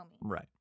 Right